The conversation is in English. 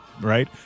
Right